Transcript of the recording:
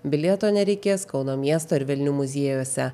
bilieto nereikės kauno miesto ir velnių muziejuose